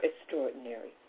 extraordinary